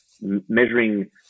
measuring